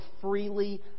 freely